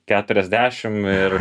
keturiasdešim ir